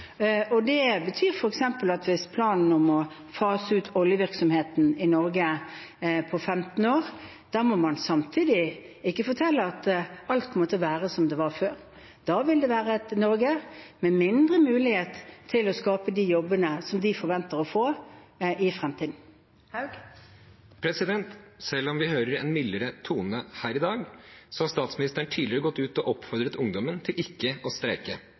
det er ikke svart-hvitt. Det betyr f.eks. at hvis planen er å fase ut oljevirksomheten i Norge på 15 år, må man samtidig ikke fortelle at alt kommer til å være som det var før. Da vil det være et Norge med mindre mulighet til å skape de jobbene som de forventer å få i fremtiden. Kristoffer Robin Haug – til oppfølgingsspørsmål. Selv om vi hører en mildere tone her i dag, har statsministeren tidligere gått ut og oppfordret ungdommen til ikke å streike